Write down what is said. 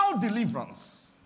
deliverance